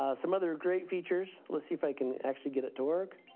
ah some other great features. let's see if i can actually get it to work.